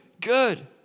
good